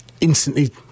instantly